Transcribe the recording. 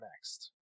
next